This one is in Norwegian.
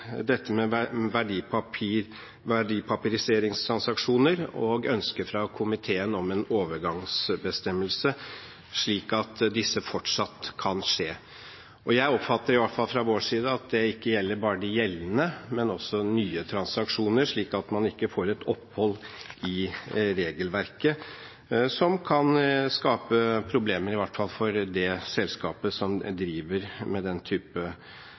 dette med verdipapiriseringstransaksjoner og ønsket fra komiteen om en overgangsbestemmelse, slik at disse fortsatt kan skje. Jeg oppfatter, i hvert fall fra vår side, at det ikke gjelder bare de gjeldende, men også nye transaksjoner, slik at man ikke får et opphold i regelverket som kan skape problemer, i hvert fall for det selskapet som driver med den